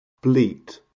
bleat